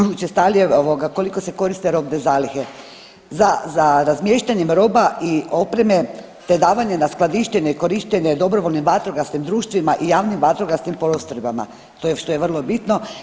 Sve su učestalije koliko se koriste robne zalihe za razmještanje roba i opreme te davanje na skladištenje i korištenje dobrovoljnim vatrogasnim društvima i javnim vatrogasnim postrojbama to je što je vrlo bitno.